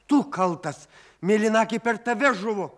tu kaltas mėlynakė per tave žuvo